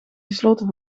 gesloten